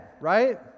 right